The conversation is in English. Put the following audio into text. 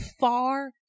far